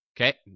Okay